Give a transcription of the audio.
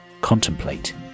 contemplate